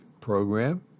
program